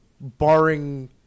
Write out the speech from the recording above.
barring